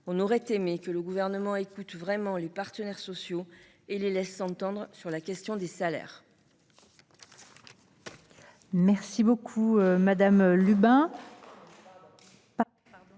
aurions aimé que le Gouvernement écoute vraiment les partenaires sociaux et les laisse s’entendre sur la question des salaires.